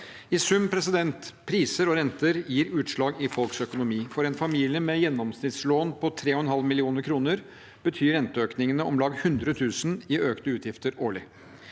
I sum: Priser og renter gir utslag i folks økonomi. For en familie med gjennomsnittslån på 3,5 mill. kr betyr renteøkningene om lag 100 000 kr i økte utgifter årlig.